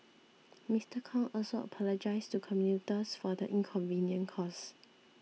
Mister Kong also apologised to commuters for the inconvenience caused